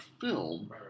film